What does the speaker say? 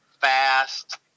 fast